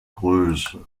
größe